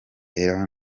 ella